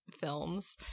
films